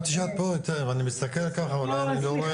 כבר כמה דברים שנמצאים באוויר,